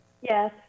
Yes